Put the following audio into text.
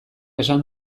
esan